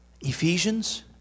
Ephesians